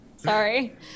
Sorry